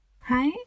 Hi